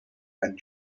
and